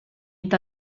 est